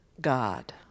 God